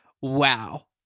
wow